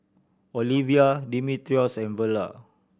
Olevia Dimitrios and Verla